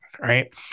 right